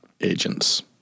agents